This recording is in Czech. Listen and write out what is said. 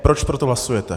Proč pro to hlasujete?